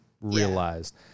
realized